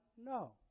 No